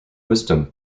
wisdom